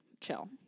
chill